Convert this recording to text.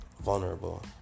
vulnerable